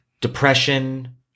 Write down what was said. depression